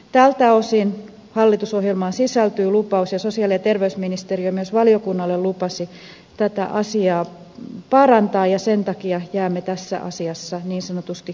tältä osin hallitusohjelmaan sisältyy lupaus ja sosiaali ja terveysministeriö myös valiokunnalle lupasi tätä asiaa parantaa ja sen takia jäämme tässä asiassa niin sanotusti kuulolle